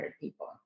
people